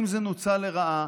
אם זה נוצל לרעה,